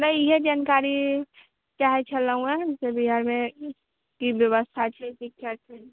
हमरा इहे जानकारी चाहै छलौहँ से बिहार मे की ब्यबस्था छै शिक्षा के